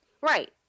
Right